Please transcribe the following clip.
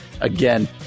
again